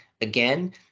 again